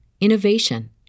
innovation